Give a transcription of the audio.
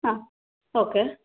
ಹಾಂ ಓಕೆ